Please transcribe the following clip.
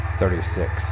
thirty-six